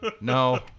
No